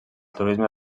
turisme